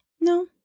No